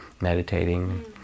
meditating